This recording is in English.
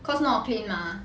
cause not clean mah